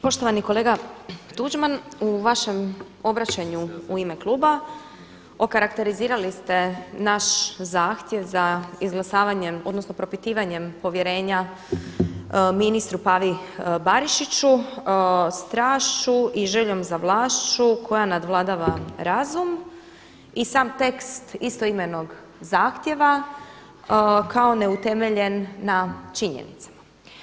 Poštovani kolega Tuđman, u vašem obraćanju u ime kluba okarakterizirali ste naš zahtjev za izglasavanjem odnosno propitivanjem povjerenja ministru Pavi Barišiću strašću i željom za vlašću koja nadvladava razum i sam tekst istoimenog zahtjeva kao neutemeljen na činjenicama.